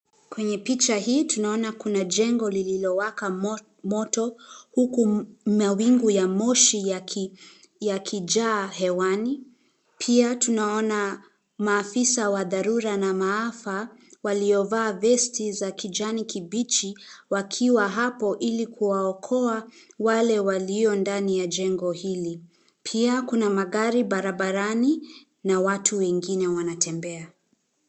Kwenye picha hii tunaona, kuna jengo lililowaka moto, huku mawingu ya moshi, yakijaa hewani. Pia tunaona maafisa wa dharura na maafa, waliovaa vesti za kijani kibichi, wakiwa hapo ili kuwaokoa wale walio ndani ya jengo hili. Pia kuna magari barabarani, na watu wengine wanatembea.